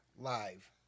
Live